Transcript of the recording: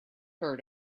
heard